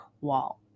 wall